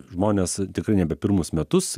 žmonės tikrai nebe pirmus metus